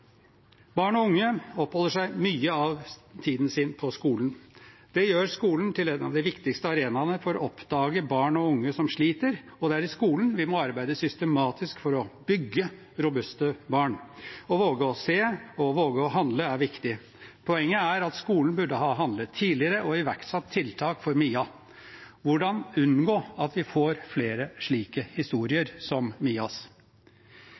Barn og unge oppholder seg mye av tiden sin på skolen. Det gjør skolen til en av de viktigste arenaene for å oppdage barn og unge som sliter, og det er i skolen vi må arbeide systematisk for å bygge robuste barn. Å våge å se og å våge å handle er viktig. Poenget er at skolen burde ha handlet tidligere og iverksatt tiltak for Mia. Hvordan unngå at vi får flere slike historier som Mias?